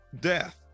death